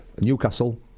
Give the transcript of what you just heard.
Newcastle